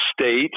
State